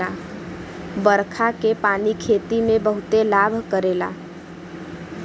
बरखा के पानी खेती में बहुते लाभ करेला